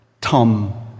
Tom